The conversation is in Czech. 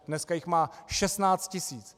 Dneska jich má 16 tisíc.